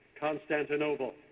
Constantinople